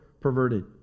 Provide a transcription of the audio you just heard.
perverted